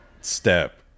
step